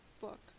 book